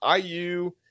IU